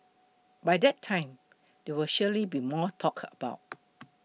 by that time there will surely be more talk about